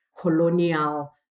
colonial